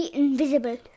invisible